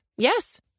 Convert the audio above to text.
Yes